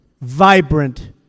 vibrant